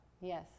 Yes